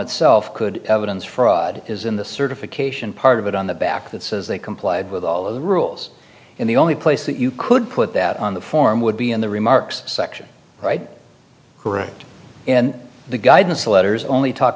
itself could evidence for it is in the certification part of it on the back that says they complied with all of the rules and the only place that you could put that on the form would be in the remarks section right correct and the guidance letters only talk